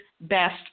best